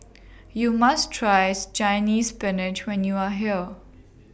YOU must tries Chinese Spinach when YOU Are here